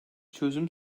çözüm